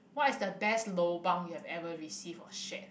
what is the best lobang you have ever received or shared